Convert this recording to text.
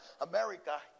America